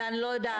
ואני לא יודעת מה.